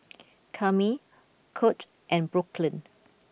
Kami Kurt and Brooklynn